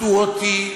הטעו אותי,